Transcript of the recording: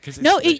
No